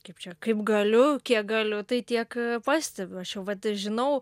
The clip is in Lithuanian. kaip čia kaip galiu kiek galiu tai tiek pastebiu aš jau vat aš žinau